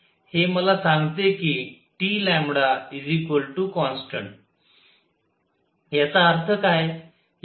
हे मला सांगते की Tकॉन्स्टन्ट याचा अर्थ काय